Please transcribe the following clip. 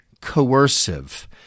coercive